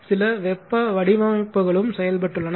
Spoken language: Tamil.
சில வெப்ப வடிவமைப்புகளும் செய்யப்பட்டுள்ளன